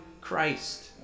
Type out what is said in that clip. Christ